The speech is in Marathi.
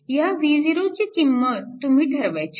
ह्या V0 ची किंमत तुम्ही ठरवायची